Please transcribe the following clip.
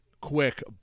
quick